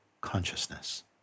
consciousness